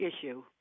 issue